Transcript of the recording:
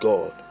God